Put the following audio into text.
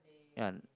ya